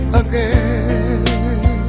again